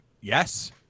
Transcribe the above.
Yes